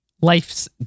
life's